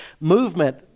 movement